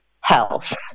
health